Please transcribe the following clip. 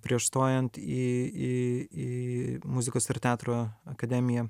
prieš stojant į į į muzikos ir teatro akademiją